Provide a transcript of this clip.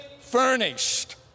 furnished